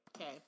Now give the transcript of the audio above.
okay